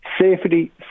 safety